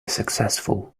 successful